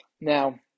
now